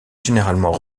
généralement